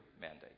mandate